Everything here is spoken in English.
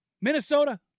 Minnesota